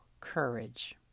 courage